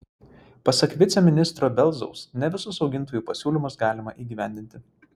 pasak viceministro belzaus ne visus augintojų pasiūlymus galima įgyvendinti